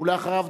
ואחריו,